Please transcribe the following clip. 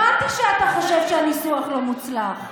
אבל שמעתי שאתה חושב שהניסוח לא מוצלח.